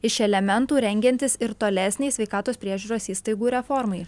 iš elementų rengiantis ir tolesnei sveikatos priežiūros įstaigų reformai